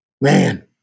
Man